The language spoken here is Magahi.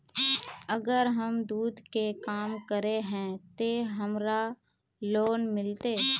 अगर हम दूध के काम करे है ते हमरा लोन मिलते?